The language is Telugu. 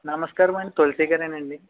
నమస్కారం అండి తులసిగారేనండీ